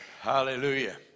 Hallelujah